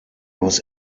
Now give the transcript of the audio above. was